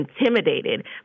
intimidated